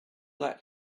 that